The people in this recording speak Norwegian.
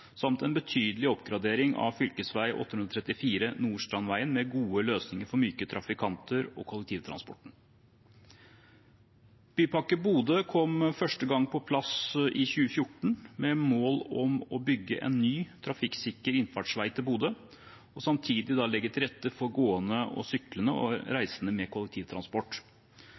samt en betydelig oppgradering av fv. 834 Nordstrandveien, med gode løsninger for myke trafikanter og kollektivtransporten. Bypakke Bodø kom første gang på plass i 2014, med mål om å bygge en ny, trafikksikker innfartsvei til Bodø og samtidig legge til rette for gående, syklende og reisende med kollektivtransport.